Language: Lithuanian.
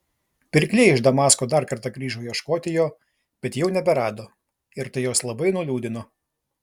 pirkliai iš damasko dar kartą grįžo ieškoti jo bet jau neberado ir tai juos labai nuliūdino